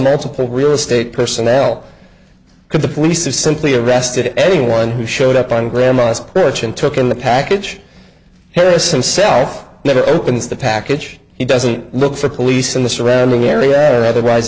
the real estate personnel could the police have simply a vested anyone who showed up on grandma's perch and took in the package harris himself never opens the package he doesn't look for police in the surrounding area where otherwise